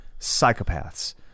psychopaths